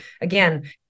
again